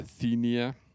Athenia